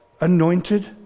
anointed